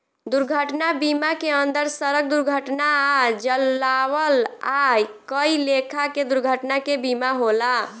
दुर्घटना बीमा के अंदर सड़क दुर्घटना आ जलावल आ कई लेखा के दुर्घटना के बीमा होला